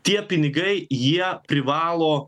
tie pinigai jie privalo